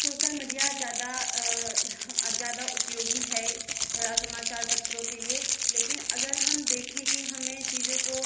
social media ज़्यादा ज़्यादा उपयोगी है या समाचार पत्रों के लिए लेकिन अगर हम देखें कि हमें चीज़ों को